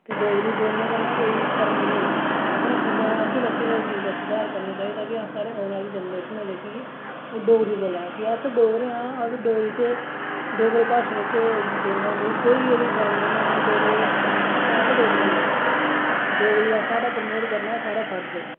ते डोगरी बोलने कन्नै कोई शर्म निं ऐ ते असें लोकें गै एह् सुधार करना चाहिदा ऐ कि साढ़े औने आह्ली जनरेशन जेह्की ओह् डोगरी बोल्लै की के अस डोगरे आं ते अस डोगरी च डोगरी भाशा च बोलना कोई शर्म निं ऐ डोगरे अस ऐं गै डोगरे आं ते डोगरी प्रमोट करना साढ़ा फर्ज ऐ